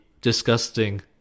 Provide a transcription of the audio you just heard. disgusting